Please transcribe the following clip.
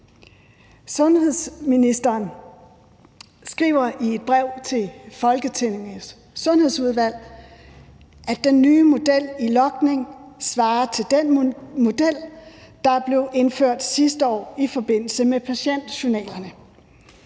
Sundhedsministeren skriver i et brev til Folketingets Sundhedsudvalg, at den nye model i logning svarer til den model, der blev indført sidste år i forbindelse med patientjournalerne.